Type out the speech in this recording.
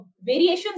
variations